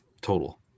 Total